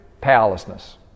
powerlessness